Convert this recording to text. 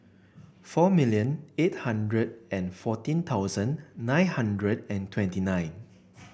four million eight hundred and fourteen thousand nine hundred and twenty nine